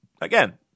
Again